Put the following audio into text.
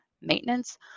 maintenance